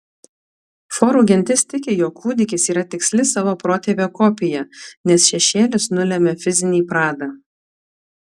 forų gentis tiki jog kūdikis yra tiksli savo protėvio kopija nes šešėlis nulemia fizinį pradą